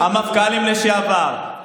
המפכ"לים לשעבר,